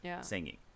singing